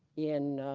in